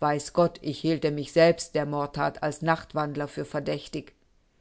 weiß gott ich hielte mich selbst der mordthat als nachtwandler für verdächtig